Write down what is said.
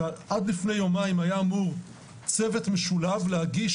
שעד לפני יומיים היה אמור צוות משולב להגיש